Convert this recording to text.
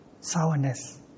sourness